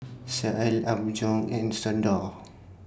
Sealy Apgujeong and Xndo